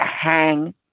hang